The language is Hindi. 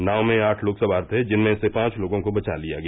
नाव में आठ लोग सवार थे जिनमें से पांच लोगों को बचा लिया गया